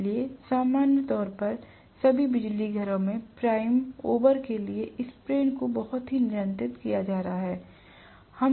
इसलिए सामान्य तौर पर सभी बिजली घरों में प्राइम ओवर के लिए स्प्रेन को बहुत ही नियंत्रित किया जाता है